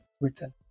written